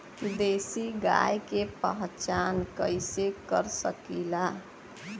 देशी गाय के पहचान कइसे कर सकीला?